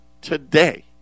today